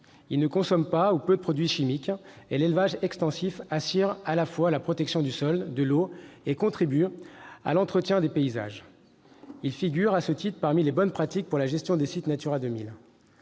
Ils ne consomment pas- ou peu - de produits chimiques et l'élevage extensif assure à la fois la protection du sol, de l'eau et contribue à l'entretien des paysages. Il figure, à ce titre, parmi les bonnes pratiques pour la gestion des sites Natura 2000.